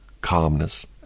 calmness